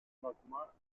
magma